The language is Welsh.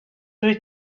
wyt